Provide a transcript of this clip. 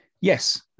Yes